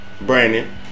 Brandon